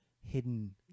hidden